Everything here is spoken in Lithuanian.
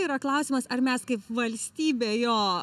yra klausimas ar mes kaip valstybė jo